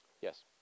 Yes